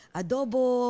adobo